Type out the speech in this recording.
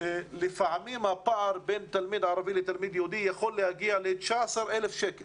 לפעמים הפער בין תלמיד ערבי לתלמיד יהודי יכול להגיע ל-19,000 שקלים